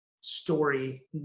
story